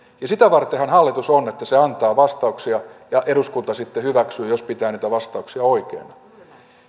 ja sitä vartenhan hallitus on että se antaa vastauksia ja eduskunta sitten hyväksyy jos pitää niitä vastauksia oikeina